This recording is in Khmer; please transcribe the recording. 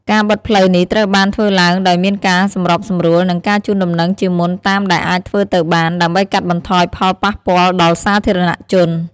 ការបិទផ្លូវនេះត្រូវបានធ្វើឡើងដោយមានការសម្របសម្រួល និងការជូនដំណឹងជាមុនតាមដែលអាចធ្វើទៅបាន ដើម្បីកាត់បន្ថយផលប៉ះពាល់ដល់សាធារណជន។